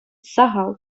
сахал